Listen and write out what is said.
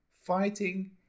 fighting